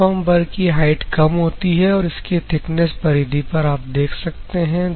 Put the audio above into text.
uniform बर की height कम होती है और इसकी थिकनेस परिधि पर आप देख सकते हैं